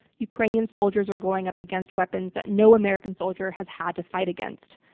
ukrainian soldiers are going up against weapons that no american soldier has had to fight against.